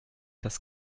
das